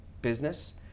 business